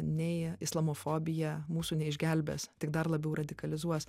nei islamofobija mūsų neišgelbės tik dar labiau radikalizuos